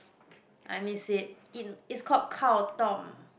I miss it it it's called Kao-Tom